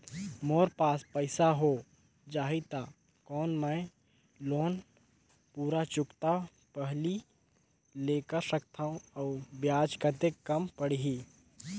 मोर पास पईसा हो जाही त कौन मैं लोन पूरा चुकता पहली ले कर सकथव अउ ब्याज कतेक कम पड़ही?